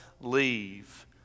leave